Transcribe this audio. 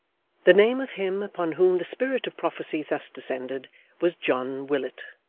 the name of him upon whom the spirit of prophecy thus descended was john willet,